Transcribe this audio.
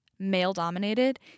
male-dominated